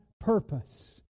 purpose